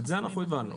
את זה אנחנו הבנו.